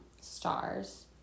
stars